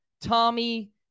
Tommy